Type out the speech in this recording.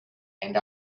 and